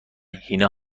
هینا